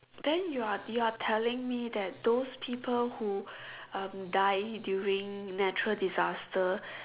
then you are you are telling me that those people who um die during natural disaster